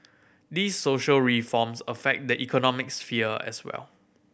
these social reforms affect the economic sphere as well